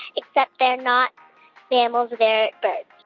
except they're not mammals. they're birds